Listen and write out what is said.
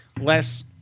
less